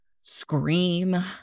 scream